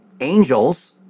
Angels